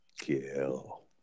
kill